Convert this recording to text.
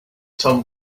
tom